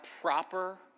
proper